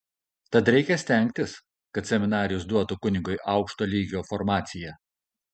tad reikia stengtis kad seminarijos duotų kunigui aukšto lygio formaciją